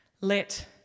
let